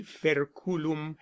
ferculum